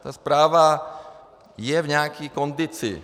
Ta správa je v nějaké kondici.